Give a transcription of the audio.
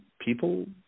people